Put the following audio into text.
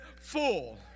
full